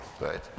right